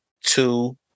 two